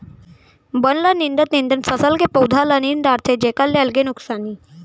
बन ल निंदत निंदत फसल के पउधा ल नींद डारथे जेखर ले अलगे नुकसानी